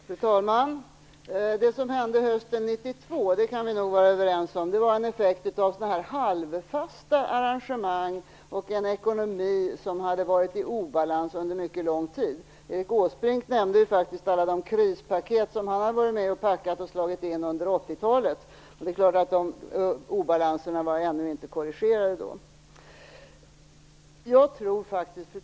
Fru talman! Vi kan nog vara överens om att det som hände hösten 1992 var en effekt av halvfasta arrangemang och en ekonomi som hade varit i obalans under en mycket lång tid. Erik Åsbrink nämnde faktiskt alla de krispaket som han hade varit med om att packa och slå in under 80-talet. Det är klart att dessa obalanser inte var korrigerade 1992.